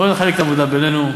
בוא נחלק את העבודה בינינו.